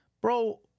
bro